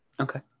Okay